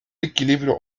equilibrio